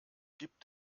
gibt